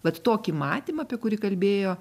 vat tokį matymą apie kurį kalbėjo